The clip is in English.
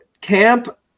Camp